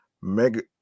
mega